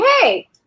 hey